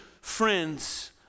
friends